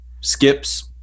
skips